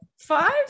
Five